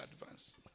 advance